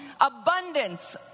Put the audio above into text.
abundance